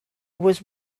was